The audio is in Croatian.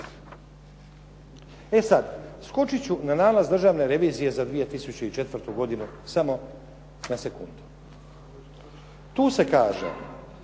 E sad, skočit ću na nalaz Državne revizije za 2004. godinu samo na sekundu. Tu se kaže